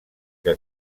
que